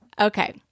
Okay